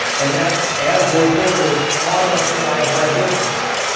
and that's as reported on the fly by victims.